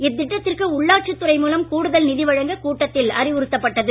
இத்திட்டத்திற்கு உள்ளாட்சி துறை மூலம் கூடுதல் நிதி வழங்க கூட்டத்தில் அறிவுறுத்தப்பட்டது